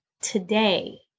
today